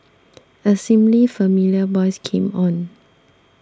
a seemingly familiar voice came on